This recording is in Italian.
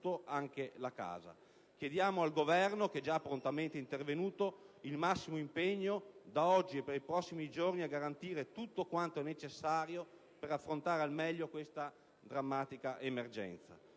anche la casa. Chiediamo al Governo, che già è prontamente intervenuto, il massimo impegno, da oggi e per i prossimi giorni, a garantire tutto quanto necessario per affrontare al meglio questa drammatica emergenza.